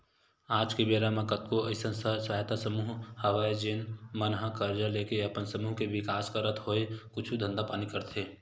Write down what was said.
आज के बेरा म कतको अइसन स्व सहायता समूह हवय जेन मन ह करजा लेके अपन समूह के बिकास करत होय कुछु धंधा पानी करथे